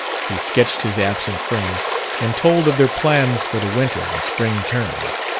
he sketched his absent friend and told of their plans for the winter and spring terms.